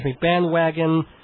Bandwagon